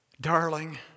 darling